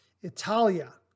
Italia